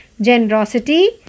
Generosity